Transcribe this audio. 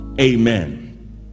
amen